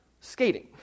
skating